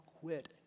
quit